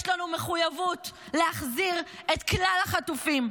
יש לנו מחויבות להחזיר כלל החטופים.